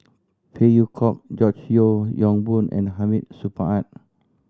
Phey Yew Kok George Yeo Yong Boon and Hamid Supaat